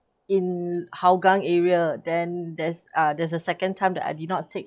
in hougang area then there's uh there's a second time that I did not take